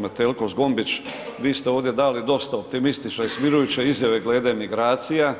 Metelko Zgombić, vi ste ovdje dali dosta optimistične i smirujuće izjave glede migracija